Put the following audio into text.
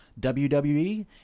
WWE